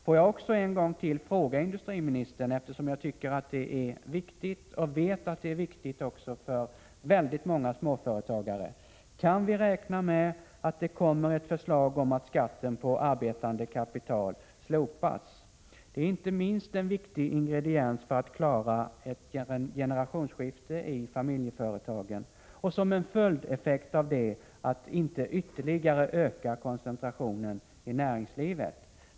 Får jag också en gång till fråga industriministern, eftersom jag tycker att det är viktigt och vet att det är viktigt för väldigt många småföretagare: Kan vi räkna med att det kommer ett förslag om att skatten på arbetande kapital slopas? Det är inte minst en väsentlig ingrediens för att klara ett generationsskifte i familjeföretagen och, som en följdeffekt av det, inte ytterligare öka koncentrationen i näringslivet.